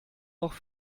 noch